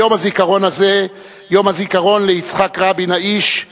ביום הזיכרון הזה, יום הזיכרון ליצחק רבין האיש,